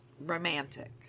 romantic